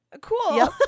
cool